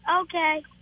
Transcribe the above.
Okay